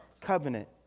Covenant